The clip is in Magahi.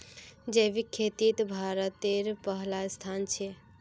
जैविक खेतित भारतेर पहला स्थान छे